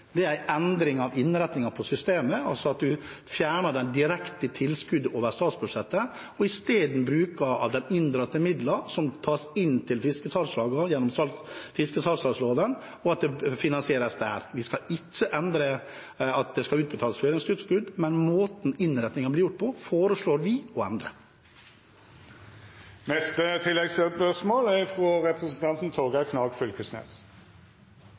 er en endring av innretningen på systemet, ved at man fjerner det direkte tilskuddet over statsbudsjettet og i stedet bruker av inndratte midler, som tas inn til fiskesalgslagene gjennom fiskesalgslagsloven, og at det finansieres der. Vi skal ikke endre at det skal utbetales føringstilskudd, men måten innretningen er på, foreslår vi